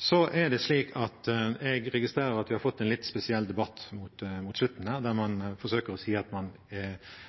Jeg registrerer at vi har fått en litt spesiell debatt mot slutten her, der man forsøker å si at man